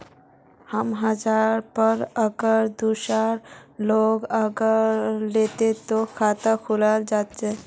हमर जगह पर अगर दूसरा लोग अगर ऐते ते खाता खुल जते?